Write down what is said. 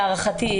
להערכתי,